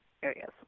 Areas